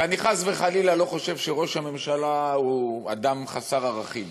ואני חס וחלילה לא חושב שראש הממשלה הוא אדם חסר ערכים,